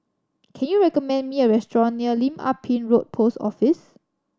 can you recommend me a restaurant near Lim Ah Pin Road Post Office